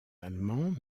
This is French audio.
allemand